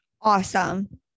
Awesome